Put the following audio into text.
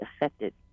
affected